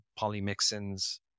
polymyxins